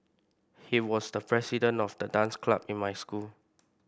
he was the president of the dance club in my school